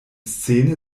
szene